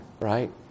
right